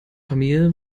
familie